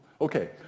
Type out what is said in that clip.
okay